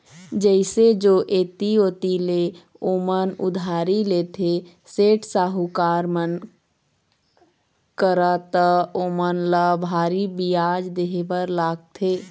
जइसे जो ऐती ओती ले ओमन उधारी लेथे, सेठ, साहूकार मन करा त ओमन ल भारी बियाज देहे बर लागथे